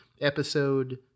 episode